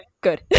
Good